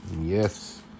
Yes